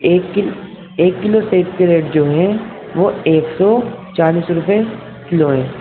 ایک کلو ایک کلو سیب کے ریٹ جو ہیں وہ ایک سو چالیس روپے کلو ہے